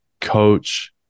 coach